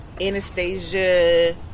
Anastasia